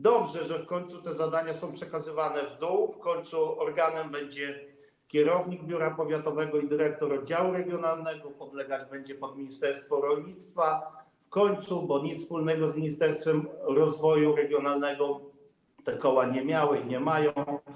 Dobrze, że w końcu te zadania są przekazywane w dół, w końcu organem będzie kierownik biura powiatowego i dyrektor oddziału regionalnego, w końcu podlegać będzie to pod ministerstwo rolnictwa, bo nic wspólnego z ministerstwem rozwoju regionalnego te koła nie miały i nie mają.